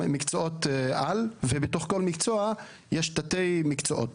מקצועות על, ובתוך כל מקצוע יש תתי מקצועות.